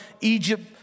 Egypt